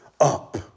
up